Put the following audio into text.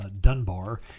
Dunbar